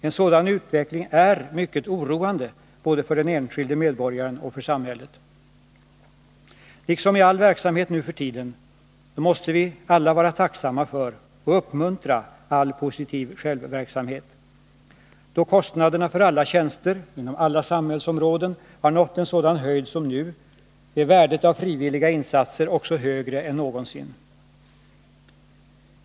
En sådan utveckling är mycket oroande — både för den enskilde medborgaren och för samhället. Liksom i all verksamhet nu för tiden måste vi alla vara tacksamma för och uppmuntra all positiv självverksamhet. Då kostnaderna för alla tjänster — inom alla samhällsområden — har nått en sådan höjd som nu, är värdet av frivilliga insatser också högre än någonsin.